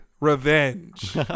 revenge